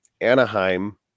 Anaheim